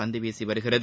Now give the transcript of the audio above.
பந்துவீசி வருகிறது